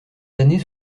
années